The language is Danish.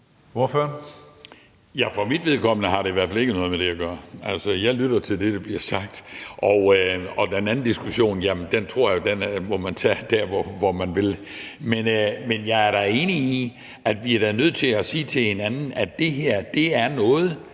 For mit vedkommende har det i hvert fald ikke noget med det at gøre. Altså, jeg lytter til det, der bliver sagt. Og den anden diskussion tror jeg man må tage der, hvor man vil. Men jeg er da enig i, at vi er nødt til at sige til hinanden, at det her er noget